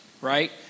right